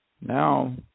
Now